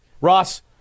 Ross